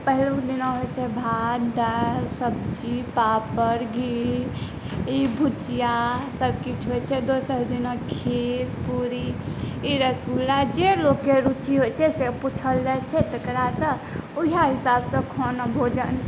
पहिलुक दिना होइ छै भात दालि सब्जी पापड़ घी ई भुजिआ सबकिछु होइ छै दोसर दिना खीर पूड़ी ई रसगुल्ला जे लोकके रुचि होइ छै से पुछल जाइ छै तकरासँ ओ वएह हिसाबसँ खाना भोजन